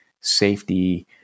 safety